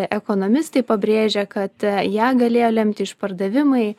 ekonomistai pabrėžia kad ją galėjo lemti išpardavimai